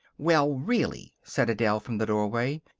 well, really, said adele, from the doorway,